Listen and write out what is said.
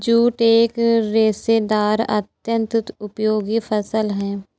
jute एक रेशेदार अत्यन्त उपयोगी फसल है